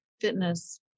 fitness